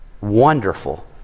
Wonderful